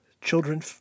children